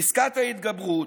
פסקת ההתגברות,